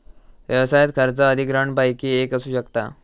व्यवसायात खर्च अधिग्रहणपैकी एक असू शकता